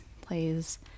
plays